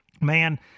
man